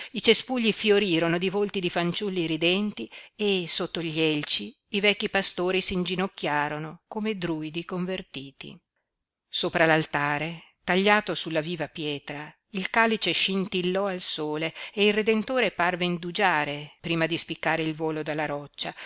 i cespugli fiorirono di volti di fanciulli ridenti e sotto gli elci i vecchi pastori s'inginocchiarono come druidi convertiti sopra l'altare tagliato sulla viva pietra il calice scintillò al sole e il redentore parve indugiare prima di spiccare il volo dalla roccia